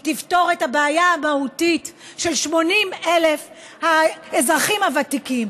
היא תפתור את הבעיה המהותית של 80,000 האזרחים הוותיקים,